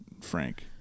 Frank